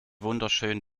wunderschön